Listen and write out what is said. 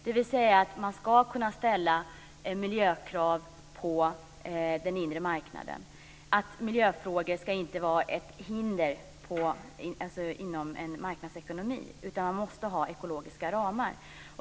Man ska alltså kunna ställa miljökrav på den inre marknaden. Miljöfrågor ska inte vara ett hinder inom en marknadsekonomi, utan det måste finnas ekologiska ramar.